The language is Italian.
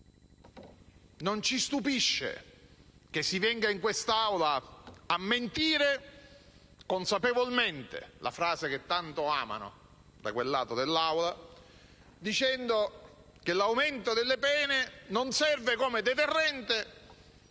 Non ci stupisce che si venga in quest'Aula a mentire consapevolmente - per usare l'espressione tanto amata da quel lato dell'Aula - dicendo che l'aumento delle pene non serve come deterrente